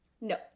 No